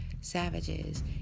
savages